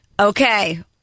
okay